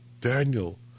Daniel